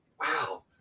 wow